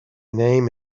name